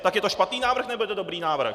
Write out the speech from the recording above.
Tak je to špatný návrh, nebo je to dobrý návrh?